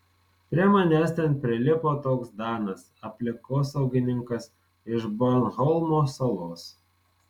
prie manęs ten prilipo toks danas aplinkosaugininkas iš bornholmo salos